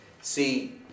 See